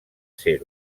ser